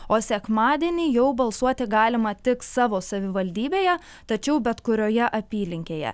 o sekmadienį jau balsuoti galima tik savo savivaldybėje tačiau bet kurioje apylinkėje